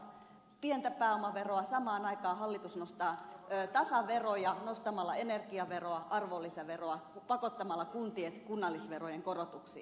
osakemiljonäärit maksavat pientä pääomaveroa samaan aikaan hallitus nostaa tasaveroja nostamalla energiaveroa arvonlisäveroa pakottamalla kuntia kunnallisverojen korotuksiin